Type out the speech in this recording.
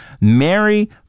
Mary